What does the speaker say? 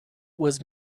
was